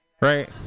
Right